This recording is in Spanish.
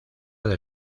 del